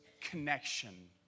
connection